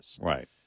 right